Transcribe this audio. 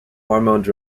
hormones